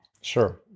Sure